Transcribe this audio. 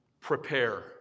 Prepare